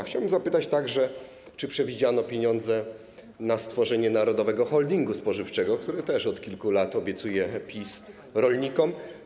Chciałbym zapytać także, czy przewidziano pieniądze na stworzenie Narodowego Holdingu Spożywczego, który też od kilku lat obiecuje PiS rolnikom.